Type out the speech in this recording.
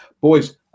boys